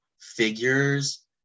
figures